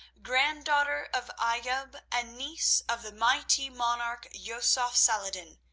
granddaughter of ayoub and niece of the mighty monarch, yusuf salah-ed-din,